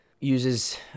uses